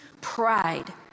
pride